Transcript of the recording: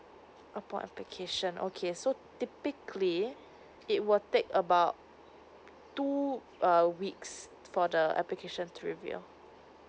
upon application okay so typically it will take about two a weeks for the application to review